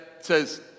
says